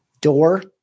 door